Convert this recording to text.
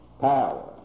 power